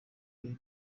iyi